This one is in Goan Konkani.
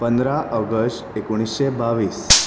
पंदरा ऑगस्ट एकोणिशें बावीस